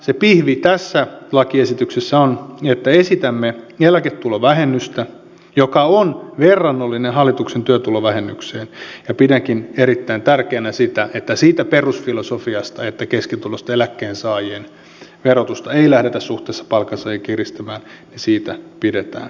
se pihvi tässä lakiesityksessä on että esitämme eläketulovähennystä joka on verrannollinen hallituksen työtulovähennykseen ja pidänkin erittäin tärkeänä sitä että siitä perusfilosofiasta että keskituloisten eläkkeensaajien verotusta ei lähdetä suhteessa palkansaajiin kiristämään pidetään kiinni